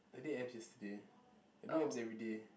I did abs yesterday I do abs everyday